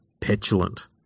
petulant